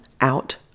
out